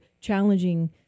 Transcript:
challenging